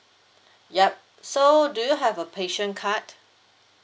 yup so do you have a passion card